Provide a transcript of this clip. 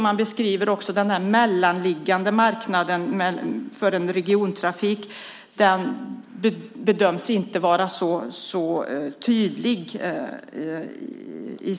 Man beskriver också att effekten av den mellanliggande marknaden för en regiontrafik inte bedöms vara så tydlig.